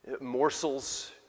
morsels